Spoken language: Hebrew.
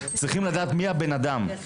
צריכים לדעת מי זה האדם זה.